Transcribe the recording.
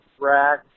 rack